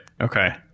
Okay